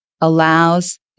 allows